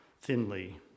thinly